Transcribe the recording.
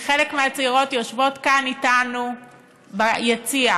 חלק מהצעירות יושבות פה איתנו ביציע.